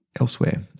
elsewhere